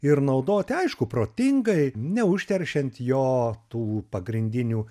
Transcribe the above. ir naudoti aišku protingai neužteršiant jo tų pagrindinių